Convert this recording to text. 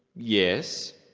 yes.